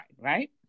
right